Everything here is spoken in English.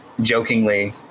jokingly